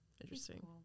Interesting